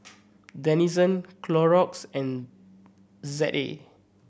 Denizen Clorox and Z A